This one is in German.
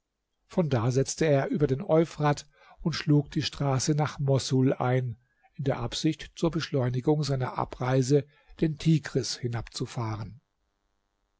von da setzte er über den euphrat und schlug die straße nach moßul ein in der absicht zur beschleunigung seiner abreise den tigris hinabzufahren